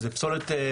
זו פסולת ביתית,